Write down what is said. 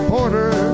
Porter